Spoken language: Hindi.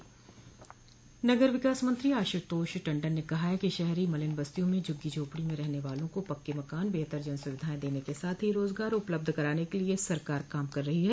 नगर विकास मंत्री आशुतोष टंडन ने कहा कि शहरी मलिन बस्तियों में झुग्गी झोपड़ी में रहने वालों को पक्के मकान बेहतर जन सुविधाएं देने के साथ रोज़गार उपलब्ध कराने के लिए सरकार काम कर रही है